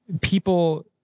people